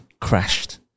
crashed